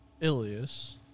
Ilias